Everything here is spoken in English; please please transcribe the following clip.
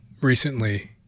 recently